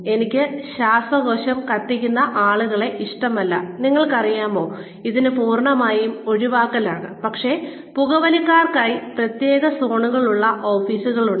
എനിക്ക് ശ്വാസകോശം കത്തിക്കുന്ന ആളുകളെ ഇഷ്ടമല്ല നിങ്ങൾക്കറിയാമോ ഇതിനു പൂർണ്ണമായും ഒഴിവാക്കൽ ആണ് പക്ഷേ പുകവലിക്കാർക്കായി പ്രത്യേക സോണുകളുള്ള ഓഫീസുകളുണ്ട്